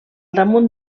damunt